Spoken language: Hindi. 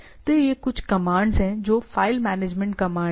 तो ये कुछ कमांड्स हैं जो फाइल मैनेजमेंट कमांड हैं